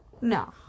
No